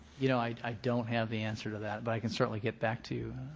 you know, i i don't have the answer to that, but i can certainly get back to you,